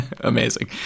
Amazing